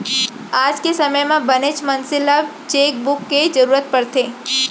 आज के समे म बनेच मनसे ल चेकबूक के जरूरत परथे